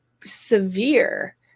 severe